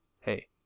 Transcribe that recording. Hey